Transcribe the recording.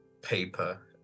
paper